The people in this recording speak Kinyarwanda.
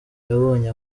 yabonye